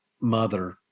mother